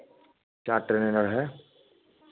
चार ट्रेनर हैं